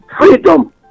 freedom